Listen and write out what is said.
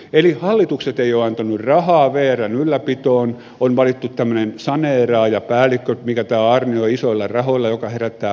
eli hallitukset eivät ole antaneet rahaa vrn ylläpitoon on valittu tämmöinen saneeraajapäällikkö mikä tämä on aro isoilla rahoilla joka herättää pahaa verta